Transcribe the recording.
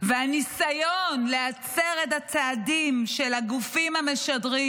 והניסיון להצר את הצעדים של הגופים המשדרים